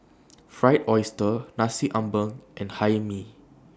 Fried Oyster Nasi Ambeng and Hae Mee